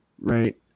Right